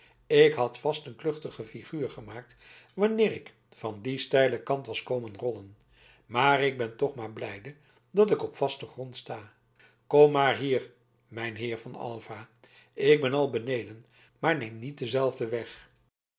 ik had vast een kluchtige figuur gemaakt wanneer ik van dien steilen kant was komen rollen maar ik ben toch maar blijde dat ik op vasten grond sta kom maar hier mijn heer van aylva ik ben al beneden maar neem niet denzelfden weg